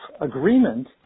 agreement